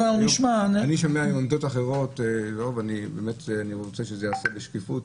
אני שומע היום עמדות אחרות ואני רוצה שזה ייעשה בשקיפות.